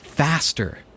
faster